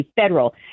federal